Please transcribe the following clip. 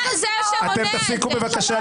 אתם תפסיקו, בבקשה,